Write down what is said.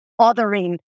othering